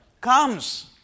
comes